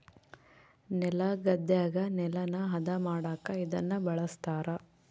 ನೆಲಗದ್ದೆಗ ನೆಲನ ಹದ ಮಾಡಕ ಇದನ್ನ ಬಳಸ್ತಾರ